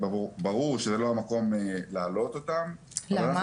ברור שזה לא המקום לעלות את החסמים האלה --- למה?